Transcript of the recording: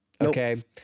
Okay